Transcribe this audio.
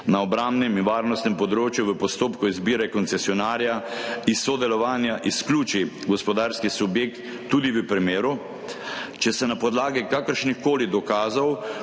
na obrambnem in varnostnem področju v postopku izbire koncesionarja iz sodelovanja izključi gospodarski subjekt, tudi v primeru, če se na podlagi kakršnihkoli dokazov,